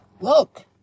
look